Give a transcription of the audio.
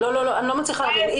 מצליחה להבין.